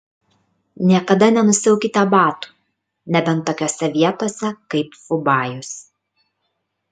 niekada nenusiaukite batų nebent tokiose vietose kaip fubajus